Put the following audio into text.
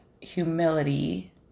humility